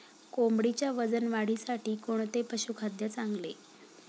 कोंबडीच्या वजन वाढीसाठी कोणते पशुखाद्य चांगले?